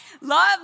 Love